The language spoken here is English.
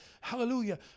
Hallelujah